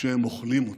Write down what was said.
שהם אוכלים אותה.